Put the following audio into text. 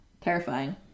Terrifying